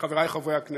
חברי חברי הכנסת,